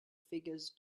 figures